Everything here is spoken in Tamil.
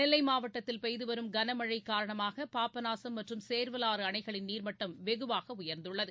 நெல்லை மாவட்டத்தில் பெய்து வரும் கனமழை காரணமாக பாபநாசும் மற்றும் சேர்வலாறு அணைகளின் நீர்மட்டம் வெகுவாக உயர்ந்துள்ளது